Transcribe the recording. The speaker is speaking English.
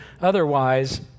otherwise